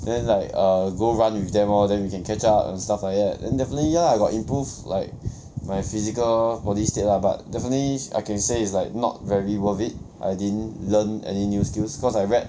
then like err go run with them lor then you can catch up and stuff like that then definitely ya I got improve like my physical body state lah but definitely I can say it's like not very worth it I didn't learn any new skills cause I read